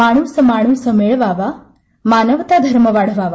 माणूस माणूस मेळवावा मानवता धर्म वाढवावा